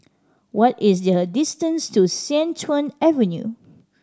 what is the distance to Sian Tuan Avenue